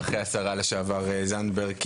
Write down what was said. ואחרי השרה לשעבר זנדברג,